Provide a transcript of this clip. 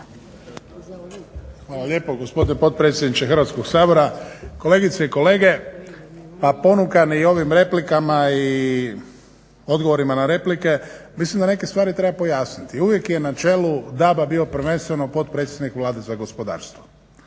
Hvala lijepa gospodine potpredsjedniče Hrvatskoga sabora, kolegice i kolege. Ponukan i ovim replikama i odgovorima na replike mislim da neke stvari treba pojasniti. Uvijek je na čelu DAB-a prvenstveno potpredsjednik Vlade za gospodarstvo.